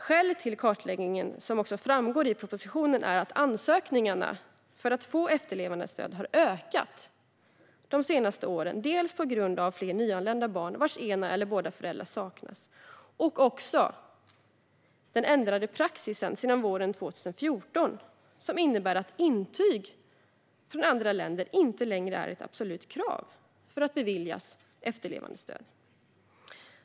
Skälet till kartläggningen, som också framgår i propositionen, är att ansökningarna för att få efterlevandestöd har ökat de senaste åren dels på grund av fler nyanlända barn vars ena eller båda föräldrar saknas, dels ändrad praxis sedan våren 2014 som innebär att intyg från andra länder inte längre är ett absolut krav för att beviljas efterlevandestöd.